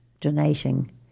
donating